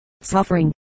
suffering